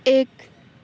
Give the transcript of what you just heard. ایک